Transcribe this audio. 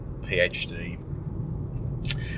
PhD